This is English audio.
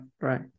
right